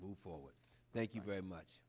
move forward thank you very much